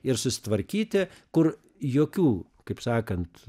ir susitvarkyti kur jokių kaip sakant